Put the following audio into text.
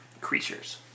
creatures